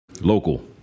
Local